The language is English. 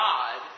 God